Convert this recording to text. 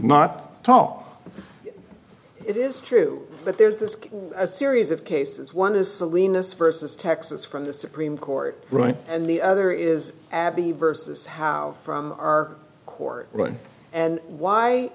talk it is true but there's just a series of cases one is salinas versus texas from the supreme court right and the other is abby versus how from our court and why